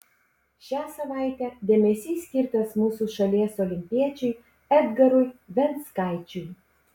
šią savaitę dėmesys skirtas mūsų šalies olimpiečiui edgarui venckaičiui